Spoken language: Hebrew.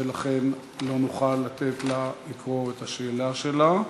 ולכן לא נוכל לתת לה לקרוא את השאלה שלה.